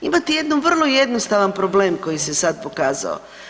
Imate jedan vrlo jednostavan problem koji se sad pokazao.